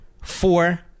four